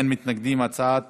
ההצעה